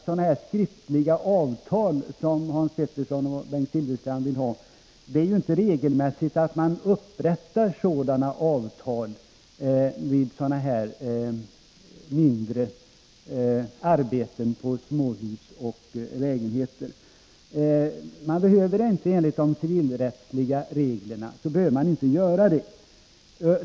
Sådana skriftliga avtal som Hans Pettersson i Helsingborg och Bengt Silfverstrand vill ha upprättas dock inte regelmässigt vid mindre arbeten på småhus och lägenheter. Enligt de civilrättsliga reglerna behöver parterna inte göra det.